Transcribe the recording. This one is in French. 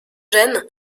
jeune